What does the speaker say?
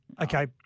Okay